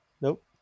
Nope